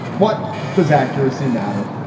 what does accuracy matter?